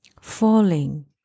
Falling